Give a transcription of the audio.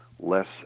less